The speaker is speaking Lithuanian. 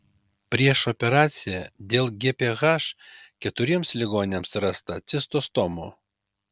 prieš operaciją dėl gph keturiems ligoniams rasta cistostomų